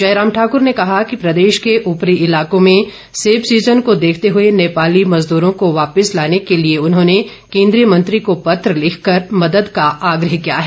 जयराम ठाकुर ने कहा कि प्रदेश के उपरी इलाकों में सेब सीजन को देखते हुए नेपाली मजदूरों को वापिस लाने के लिए उन्होंने केन्द्रीय मंत्री को पत्र लिखकर मदद का आग्रह किया है